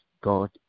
God